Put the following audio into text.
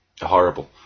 horrible